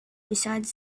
besides